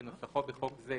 כנוסחו בחוק זה,